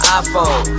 iPhone